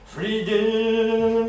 Freedom